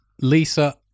lisa